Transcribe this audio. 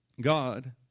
God